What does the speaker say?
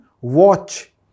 watch